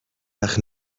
وقت